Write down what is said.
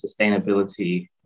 sustainability